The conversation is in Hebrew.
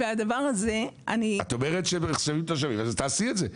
את אומרת שהם נחשבים תושבים, אז תעשי את זה.